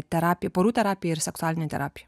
terapija porų terapija ir seksualinė terapija